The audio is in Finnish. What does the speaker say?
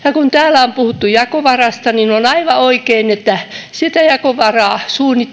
kun täällä on puhuttu jakovarasta niin on aivan oikein että sitä jakovaraa